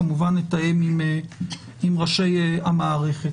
כמובן נתאם עם ראשי המערכת.